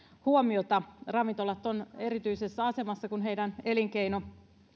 huomiota ravintolat ovat erityisessä asemassa kun heidän elinkeinon